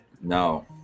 no